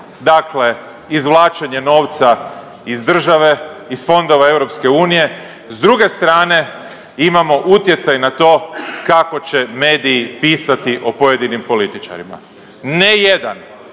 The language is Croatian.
dakle izvlačenje novca iz države, iz Fondova EU, s druge strane imamo utjecaj na to kako će mediji pisati o pojedinim političarima. Ne jedan,